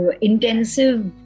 intensive